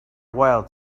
while